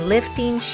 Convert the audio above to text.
Lifting